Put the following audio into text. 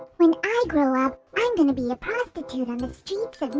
when i grow up, i'm going to be a prostitute on the streets